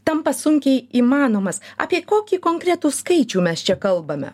tampa sunkiai įmanomas apie kokį konkretų skaičių mes čia kalbame